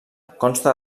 consta